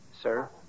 sir